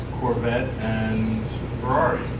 corvette and ferrari,